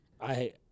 I-